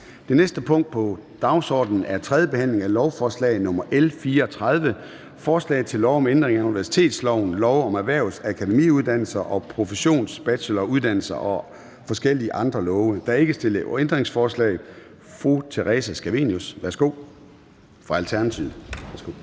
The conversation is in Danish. Det næste punkt på dagsordenen er: 3) 3. behandling af lovforslag nr. L 34: Forslag til lov om ændring af universitetsloven, lov om erhvervsakademiuddannelser og professionsbacheloruddannelser og forskellige andre love. (Regulering af beløb, som studerende